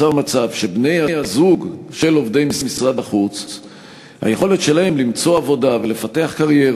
עברה, ותועבר להמשך טיפול בוועדת הכלכלה.